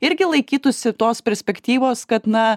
irgi laikytųsi tos perspektyvos kad na